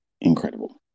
incredible